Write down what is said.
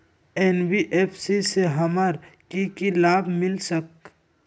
NBFC से हमार की की लाभ मिल सक?